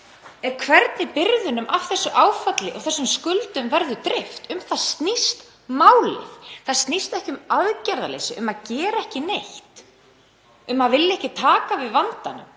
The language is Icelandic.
er hvernig byrðunum af þessu áfalli, af þessum skuldum verður dreift. Um það snýst málið. Það snýst ekki um aðgerðaleysi, um að gera ekki neitt, um að vilja ekki taka á vandanum.